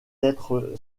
être